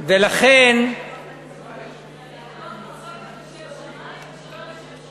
יש מחלוקת לשם שמים ושלא לשם שמים.